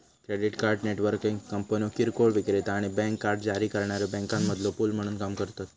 credit card networking कंपन्यो किरकोळ विक्रेता आणि बँक कार्ड जारी करणाऱ्यो बँकांमधलो पूल म्हणून काम करतत